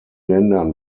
ländern